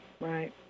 right